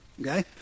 okay